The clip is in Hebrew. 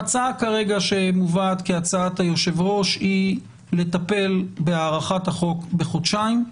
הצעה שמובאת כרגע כהצעת היושב-ראש היא לטפל בהארכת החוק בחודשיים,